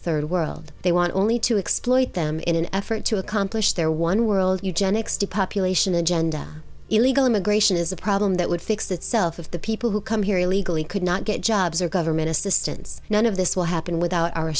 third world they want only to exploit them in an effort to accomplish their one world eugenics to population agenda illegal immigration is a problem that would fix itself of the people who come here illegally could not get jobs or government assistance none of this will happen without